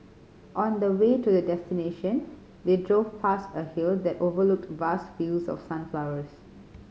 on the way to their destination they drove past a hill that overlooked vast fields of sunflowers